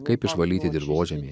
kaip išvalyti dirvožemį